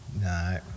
No